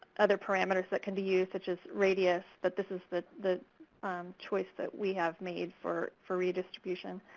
other parameters that can be used, such as radius, but this is the the choice that we have made for for redistribution.